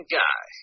guy